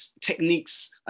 techniques